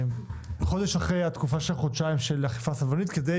חודש אחרי התקופה של חודשיים של האכיפה הסבלנית כדי